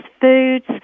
foods